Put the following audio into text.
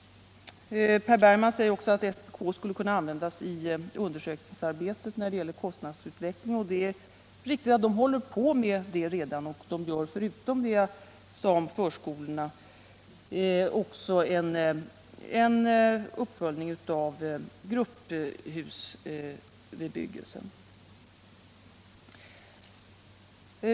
Per Bergman säger också att SPK skulle kunna användas i undersökningsarbetet när det gäller kostnadsutvecklingen. Man håller där redan på med sådana undersökningar och gör — förutom det jag sade om förskolan — en uppföljning av grupphusbebyggelsen.